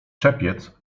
czepiec